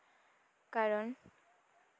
ᱠᱟᱨᱚᱱ